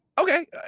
okay